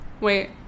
wait